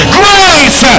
grace